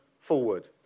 forward